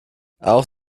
auch